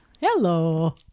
hello